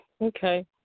Okay